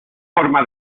forma